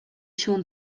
się